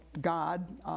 God